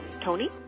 Tony